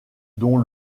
dont